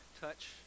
touch